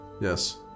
Yes